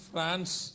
France